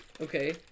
okay